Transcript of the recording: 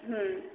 ହୁଁ